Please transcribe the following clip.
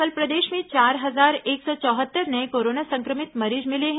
कल प्रदेश में चार हजार एक सौ चौहत्तर नये कोरोना संक्रमित मरीज मिले हैं